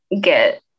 get